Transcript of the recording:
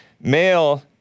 male